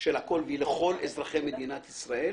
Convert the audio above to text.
של הכול והיא לכל אזרחי מדינת ישראל,